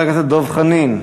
חבר הכנסת דב חנין,